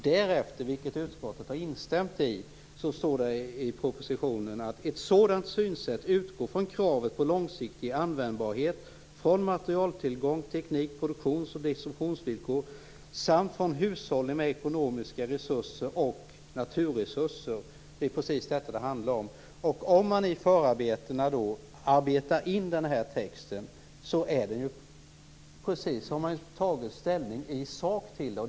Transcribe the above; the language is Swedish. Dessutom, vilket utskottet har instämt i, står i propositionen: Ett sådant synsätt utgår från kravet på långsiktig användbarhet från materialtillgång, teknik, produktions och distributionsvillkor samt från hushållen med ekonomiska resurser och naturresurser. Det är precis detta det handlar om. Om man i förarbetena arbetar in den här texten har man ju tagit ställning i sak.